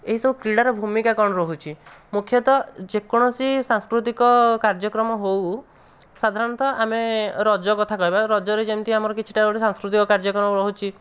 ଏ ସବୁ କ୍ରୀଡ଼ାର ଭୂମିକା କ'ଣ ରହୁଛି ମୁଖ୍ୟତଃ ଯେକୌଣସି ସାଂସ୍କୃତିକ କାର୍ଯ୍ୟକ୍ରମ ହେଉ ସାଧାରଣତଃ ଆମେ ରଜ କଥା କହିବା ରଜରେ ଯେମିତି ଆମର କିଛିଟା ଗୋଟିଏ ସାଂସ୍କୃତିକ କାର୍ଯ୍ୟକ୍ରମ ରହୁଛି